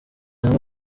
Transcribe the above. hamwe